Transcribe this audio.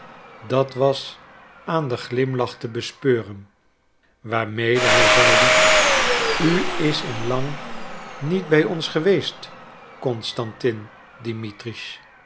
dat was aan den glimlach te bespeuren waarmede hij zeide u is in lang niet bij ons geweest constantin